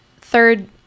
third